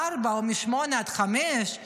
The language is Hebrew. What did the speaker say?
מ-08:00 עד 16:00 או מ-08:00 עד 17:00?